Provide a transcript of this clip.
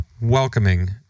welcoming